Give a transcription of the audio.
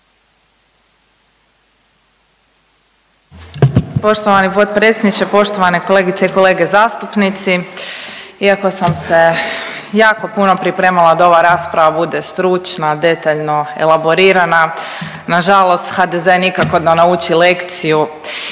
Poštovani potpredsjedniče, poštovane kolegice i kolege zastupnici. Iako sam se jako puno pripremala da ova rasprava bude stručna, detaljno elaborirana nažalost HDZ nikako da nauči lekciju